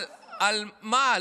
למה?